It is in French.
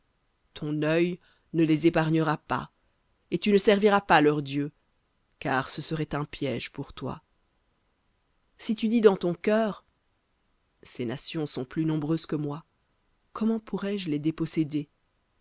ton œil ne les épargnera pas et tu ne serviras pas leurs dieux car ce serait un piège pour toi si tu dis dans ton cœur ces nations sont plus nombreuses que moi comment pourrai-je les déposséder